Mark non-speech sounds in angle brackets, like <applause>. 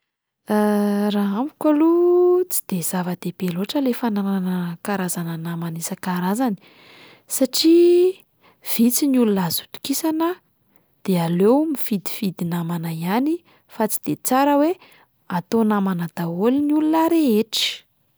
<hesitation> Raha amiko aloha tsy de zava-dehibe loatra ny fananana karazana namana isan-karazany satria vitsy ny olona azo itokisana de aleo mifidifidy namana ihany fa tsy de tsara hoe atao namana daholo ny olona rehetra.